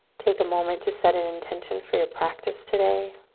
take a moment to set an intention for your practice today,